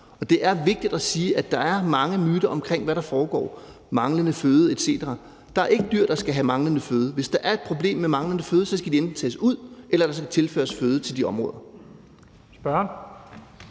Det er vigtigt at sige, at der er mange myter omkring, hvad der foregår, manglende føde etc. Der er ikke dyr, der skal mangle føde. Hvis der er et problem med manglende føde, skal de enten tages ud, eller også skal der tilføres føde til de områder. Kl.